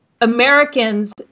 Americans